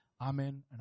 Amen